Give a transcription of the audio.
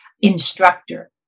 instructor